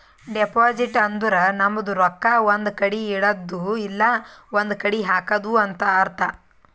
deposit ಅಂದುರ್ ನಮ್ದು ರೊಕ್ಕಾ ಒಂದ್ ಕಡಿ ಇಡದ್ದು ಇಲ್ಲಾ ಒಂದ್ ಕಡಿ ಹಾಕದು ಅಂತ್ ಅರ್ಥ